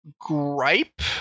gripe